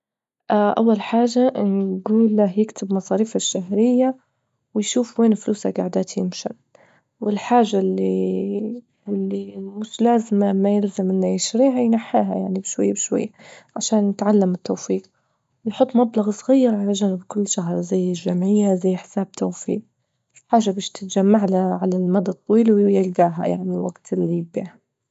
أول حاجة نجول له يكتب مصاريفه الشهرية ويشوف وين فلوسه جاعدة تمشى، والحاجة اللي- واللي مش لازمة ما يلزمناش، راعي ينحاها يعني بشوية بشوية عشان نتعلم التوفير، ويحط مبلغ على جنب كل شهر زي الجمعية، زي حساب توفير، حاجة باش تتجمع له يعني على المدى الطويل ويلجاها يعني وقت اللي يباها.